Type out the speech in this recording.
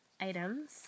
items